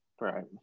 Right